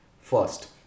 First